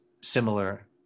similar